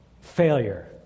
failure